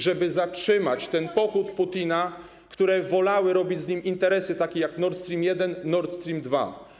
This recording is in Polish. żeby zatrzymać ten pochód Putina, które wolały z nim robić interesy takie jak Nord Stream 1, Nord Stream 2.